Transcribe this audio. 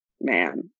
man